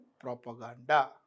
propaganda